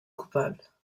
coupables